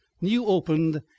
new-opened